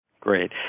Great